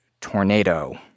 tornado